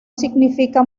significa